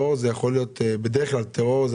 בדרך כלל טרור,